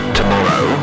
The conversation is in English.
tomorrow